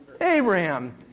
Abraham